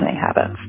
habits